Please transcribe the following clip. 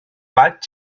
vaig